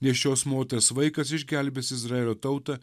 nėščios moters vaikas išgelbės izraelio tautą